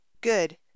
Good